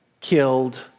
killed